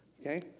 okay